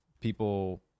people